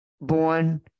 born